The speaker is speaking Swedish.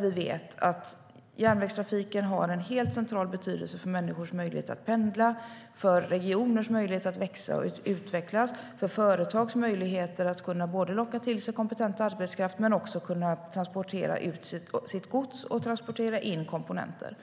Vi vet att järnvägstrafiken har en helt central betydelse för människors möjlighet att pendla, för regioners möjlighet att växa och utvecklas och för företags möjligheter att locka till sig kompetent arbetskraft och att transportera ut sitt gods och transportera in komponenter.